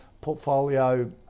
portfolio